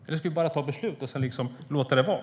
Eller ska vi bara ta beslut och sedan låta det vara?